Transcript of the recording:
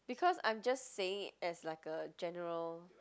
because I'm just saying it as like a general